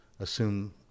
assume